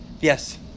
Yes